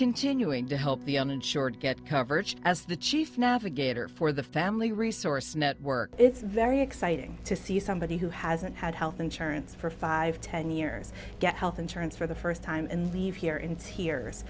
continuing to help the uninsured get coverage as the chief navigator for the family resource network it's very exciting to see somebody who hasn't had health insurance for five ten years get health insurance for the first time and we've here in